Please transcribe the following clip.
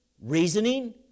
reasoning